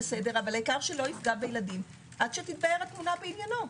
והעיקר שלא יפגע בילדים עד שתתבהר התמונה בעניינו.